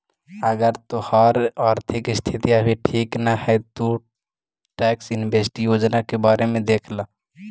अगर तोहार आर्थिक स्थिति अभी ठीक नहीं है तो तु टैक्स एमनेस्टी योजना के बारे में देख ला